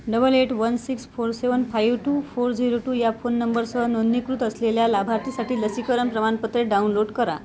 double eight one six four seven five two four zero two या phone नंबरसह नोंदणीकृत असलेल्या लाभार्थीसाठी लसीकरण प्रमाणपत्रे डाउनलोड करा